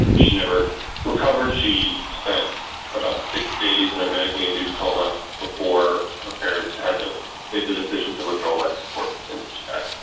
she never recovered. she spent about six days in a medically induced coma before her parents had to make the decision to withdraw life support, and she died.